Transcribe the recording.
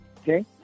okay